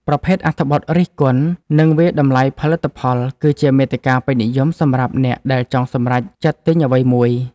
ប្រភេទអត្ថបទរិះគន់ និងវាយតម្លៃផលិតផល គឺជាមាតិកាពេញនិយមសម្រាប់អ្នកដែលចង់សម្រេចចិត្តទិញអ្វីមួយ។